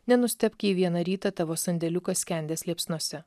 nenustebk jei vieną rytą tavo sandėliukas skendės liepsnose